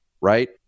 right